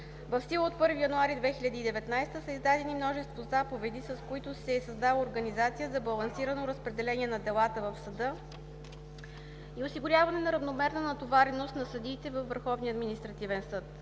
в сила от 1 януари 2019 г., са издадени множество заповеди, с които се е създала организация за балансирано разпределение на делата в съда и осигуряване на равномерна натовареност на съдиите във Върховния административен съд.